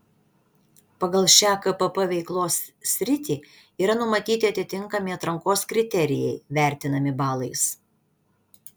pagal šią kpp veiklos sritį yra numatyti atitinkami atrankos kriterijai vertinami balais